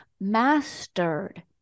mastered